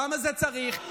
למה צריך את זה?